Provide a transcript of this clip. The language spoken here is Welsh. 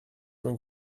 mewn